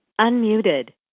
Unmuted